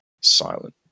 silent